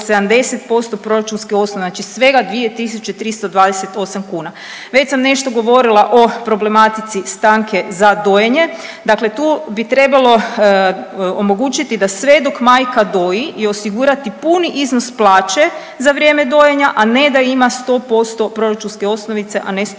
70% proračunske osnovice, znači svega 2.328 kuna. Već sam nešto govorila o problematici stanke za dojenje, dakle tu bi trebalo omogućiti da sve dok majka doji i osigurati puni iznos plaće za vrijeme dojenja, a ne da ima 100% proračunske osnovice, a ne 100%